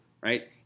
right